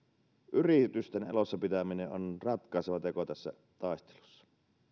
yritysten elossa pitäminen on ratkaiseva teko tässä taistelussa